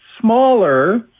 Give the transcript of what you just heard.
smaller